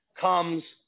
comes